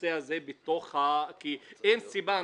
הנושא הזה כי אין סיבה.